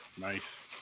Nice